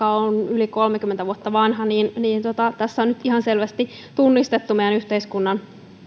yli kolmekymmentä vuotta vanha tässä on nyt ihan selvästi tunnistettu meidän yhteiskuntamme